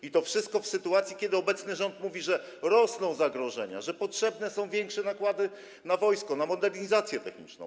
I to wszystko w sytuacji, kiedy obecny rząd mówi, że rosną zagrożenia, że potrzebne są większe nakłady na wojsko, na modernizację techniczną.